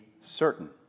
certain